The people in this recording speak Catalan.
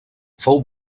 fou